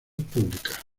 pública